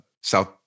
South